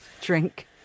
Drink